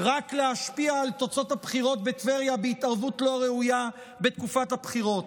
רק להשפיע על תוצאות הבחירות בטבריה בהתערבות לא ראויה בתקופת הבחירות.